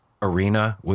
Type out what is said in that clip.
Arena